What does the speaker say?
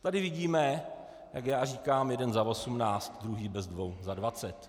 Tady vidíme, jak já říkám, jeden za osmnáct, druhý bez dvou za dvacet.